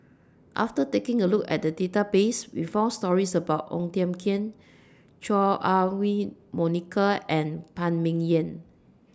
after taking A Look At The Database We found stories about Ong Tiong Khiam Chua Ah Huwa Monica and Phan Ming Yen